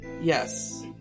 yes